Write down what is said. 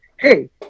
hey